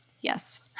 Yes